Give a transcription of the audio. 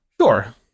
Sure